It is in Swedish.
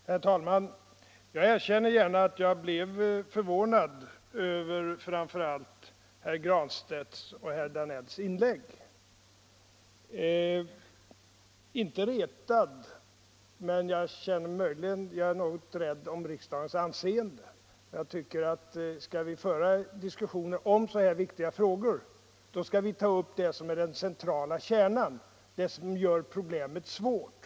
Herr talman! Jag erkänner gärna att jag blev förvånad — inte retad —- över framför allt herr Granstedts och herr Danells inlägg. Jag är litet rädd om riksdagens anseende, och skall vi diskutera så här viktiga frågor skall vi ta upp centralfrågan, den som gör problemet svårt.